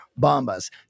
Bombas